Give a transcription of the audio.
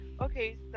Okay